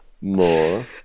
More